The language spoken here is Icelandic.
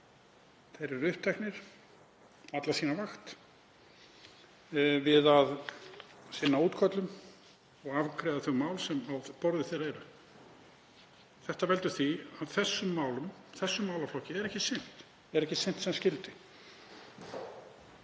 Þeir eru uppteknir alla sína vakt við að sinna útköllum og afgreiða þau mál sem á borði þeirra eru. Það veldur því að þessum málaflokki er ekki sinnt sem skyldi.